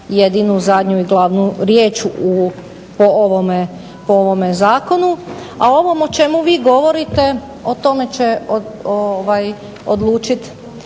jedinu, zadnju i glavnu riječ po ovome zakonu. A ovo o čemu vi govorite o tome će odlučit